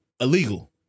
illegal